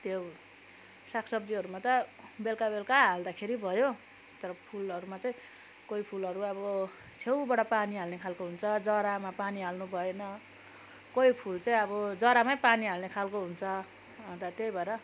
त्यो साग सब्जीहरूमा त बेलका बेलका हाल्दाखेरि भयो तर फुलहरूमा चाहिँ कोही फुलहरू अब छेउबाट पानी हाल्ने खालको हुन्छ जरामा पानी हाल्नु भएन कोही फुल चाहिँ अब जरामै पानी हाल्ने खालको हुन्छ अन्त त्यही भएर